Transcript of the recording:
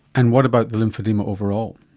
and what about the lymphoedema overall?